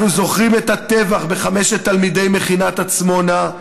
אנחנו זוכרים את הטבח בחמשת תלמידי מכינת עצמונה,